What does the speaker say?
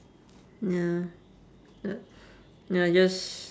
ya ya I just